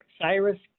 Cyrus